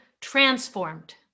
transformed